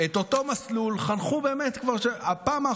את אותו מסלול חנכו באמת כבר שבע פעמים.